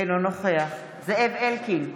אינו נוכח זאב אלקין,